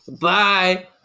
Bye